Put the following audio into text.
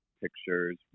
Pictures